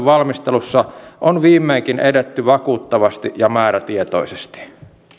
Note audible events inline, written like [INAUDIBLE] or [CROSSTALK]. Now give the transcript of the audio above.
[UNINTELLIGIBLE] valmistelussa on viimeinkin edetty vakuuttavasti ja määrätietoisesti